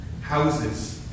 houses